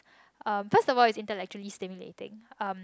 um first of all it's intellectually stimulating um